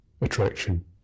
attraction